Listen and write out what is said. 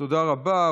תודה רבה.